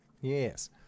Yes